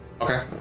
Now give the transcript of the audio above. Okay